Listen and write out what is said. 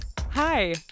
Hi